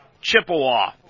Chippewa